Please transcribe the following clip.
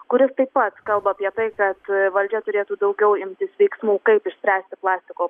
kuris taip pat kalba apie tai kad valdžia turėtų daugiau imtis veiksmų kaip išspręsti plastiko